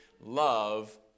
love